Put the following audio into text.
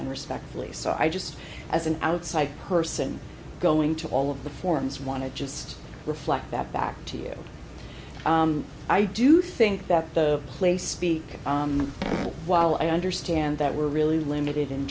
and respectfully so i just as an outside person going to all of the forms want to just reflect that back to you i do think that the place speak while i understand that we're really limited in